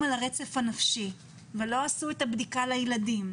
על הרצף הנפשי ולא עשו את הבדיקה לילדים,